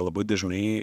labai dažnai